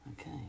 Okay